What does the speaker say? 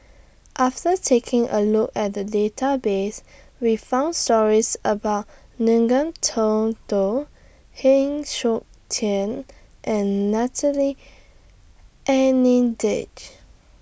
after taking A Look At The Database We found stories about Ngiam Tong Dow Heng Siok Tian and Natalie Hennedige